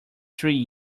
three